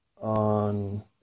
on